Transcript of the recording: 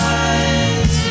eyes